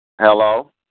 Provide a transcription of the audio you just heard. Hello